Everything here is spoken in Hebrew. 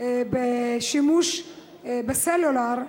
השימוש בסלולר,